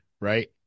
right